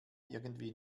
irgendwie